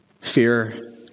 Fear